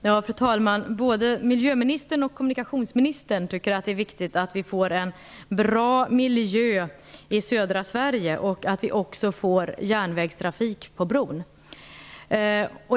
Fru talman! Både miljöministern och kommunikationsministern tycker att det är viktigt att vi får en bra miljö i södra Sverige och även att vi får järnvägstrafik på bron.